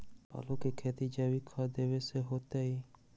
आलु के खेती जैविक खाध देवे से होतई?